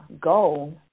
goal